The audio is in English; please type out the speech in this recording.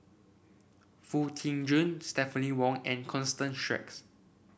Foo Tee Jun Stephanie Wong and Constance Sheares